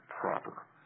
proper